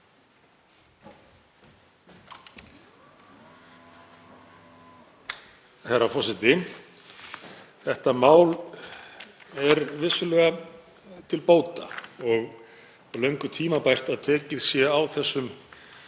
Herra forseti. Þetta mál er vissulega til bóta og löngu tímabært að tekið sé á þeim